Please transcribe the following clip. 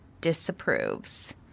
disapproves